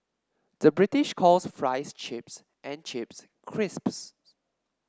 the British calls fries chips and chips crisps